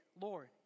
Lord